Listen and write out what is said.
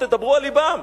תדברו על לבם,